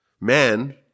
Man